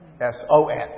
S-O-N